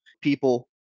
people